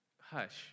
Hush